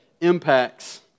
impacts